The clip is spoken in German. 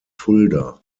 fulda